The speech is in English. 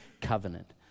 covenant